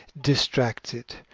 distracted